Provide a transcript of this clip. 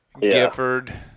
Gifford